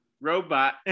Robot